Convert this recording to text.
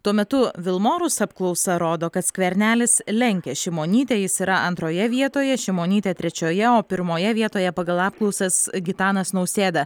tuo metu vilmorus apklausa rodo kad skvernelis lenkia šimonytę jis yra antroje vietoje šimonytė trečioje o pirmoje vietoje pagal apklausas gitanas nausėda